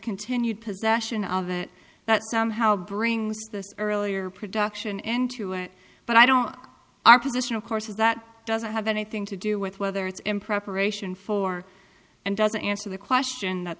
continued possession of it that somehow brings the earlier production into it but i don't our position of course is that doesn't have anything to do with whether it's in preparation for and doesn't answer the question that's